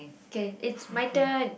K is my turn